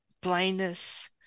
blindness